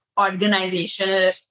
organizational